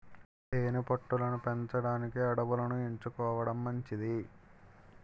తేనె పట్టు లను పెంచడానికి అడవులను ఎంచుకోవడం మంచిది